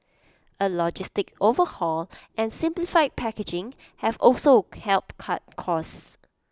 A logistics overhaul and simplified packaging have also helped cut costs